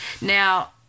Now